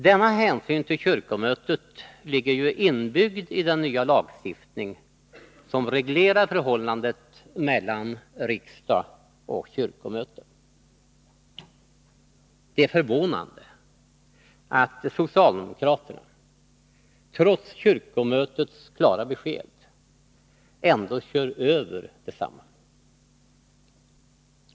Denna hänsyn till kyrkomötet ligger ju inbyggd i den nya lagstiftning som reglerar förhållandet mellan riksdag och kyrkomöte. Det är förvånande att socialdemokraterna trots kyrkomötets klara besked ändå kör över detsamma.